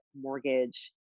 mortgage